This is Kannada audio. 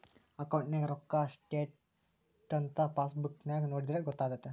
ಅಕೌಂಟ್ನಗ ರೋಕ್ಕಾ ಸ್ಟ್ರೈಥಂಥ ಪಾಸ್ಬುಕ್ ನಾಗ ನೋಡಿದ್ರೆ ಗೊತ್ತಾತೆತೆ